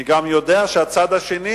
אני גם יודע שהצד השני,